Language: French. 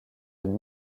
une